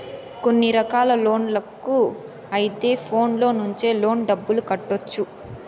కొన్ని రకాల లోన్లకు అయితే ఫోన్లో నుంచి లోన్ డబ్బులు కట్టొచ్చు